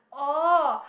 oh